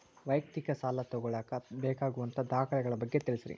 ವೈಯಕ್ತಿಕ ಸಾಲ ತಗೋಳಾಕ ಬೇಕಾಗುವಂಥ ದಾಖಲೆಗಳ ಬಗ್ಗೆ ತಿಳಸ್ರಿ